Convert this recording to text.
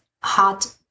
hot